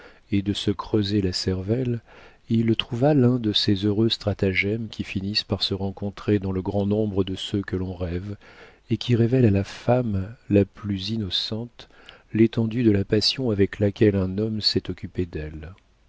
et de se creuser la cervelle il trouva l'un de ces heureux stratagèmes qui finissent par se rencontrer dans le grand nombre de ceux que l'on rêve et qui révèlent à la femme la plus innocente l'étendue de la passion avec laquelle un homme s'est occupé d'elle